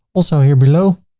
also here below,